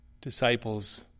Disciples